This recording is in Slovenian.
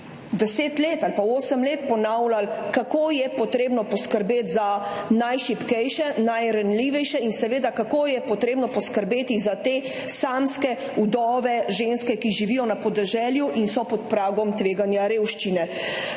ste vi 10 ali osem let ponavljali, kako je potrebno poskrbeti za najšibkejše, najranljivejše in seveda kako je potrebno poskrbeti za te samske vdove, ženske, ki živijo na podeželju in so pod pragom tveganja revščine.